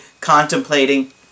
contemplating